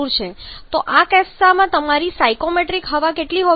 તો આ કિસ્સામાં તમારી સ્ટોઇકિયોમેટ્રિક હવા કેટલી છે